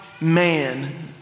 man